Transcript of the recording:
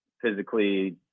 physically